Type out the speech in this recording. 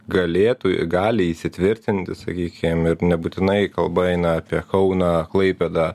galėtų gali įsitvirtinti sakykim ir nebūtinai kalba eina apie kauną klaipėdą